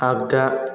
आगदा